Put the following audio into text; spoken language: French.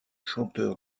chanteurs